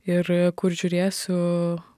ir kur žiūrėsiu